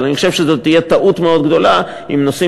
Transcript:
אבל אני חושב שזו תהיה טעות גדולה מאוד אם נושאים